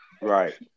Right